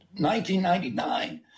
1999